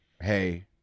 hey